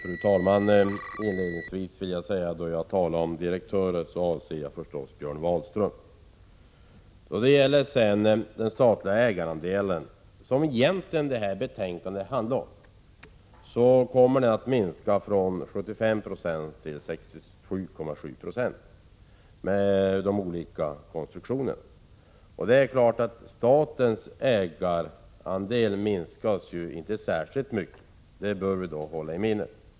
Fru talman! Inledningsvis vill jag säga att när jag talar om direktörer avser jag förstås Björn Wahlström. Den statliga ägarandelen, som detta betänkande egentligen handlar om, kommer att minska från 75 9 till 67,7 70 på grund av de olika konstruktionerna. Statens ägarandel minskas ju därmed inte särskilt mycket, och det bör vi hålla i minnet.